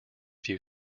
few